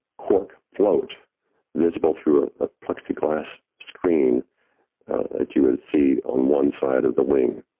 cork float visible through a ah plexiglass screen that you would see on one side of the wing.